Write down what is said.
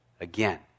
again